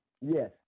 Yes